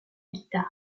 guitare